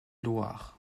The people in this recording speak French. loir